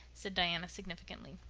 said diana significantly.